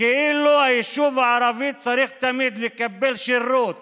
כאילו היישוב הערבי צריך תמיד לקבל שירות